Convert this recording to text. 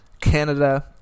Canada